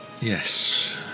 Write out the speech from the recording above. Yes